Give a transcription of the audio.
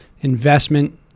investment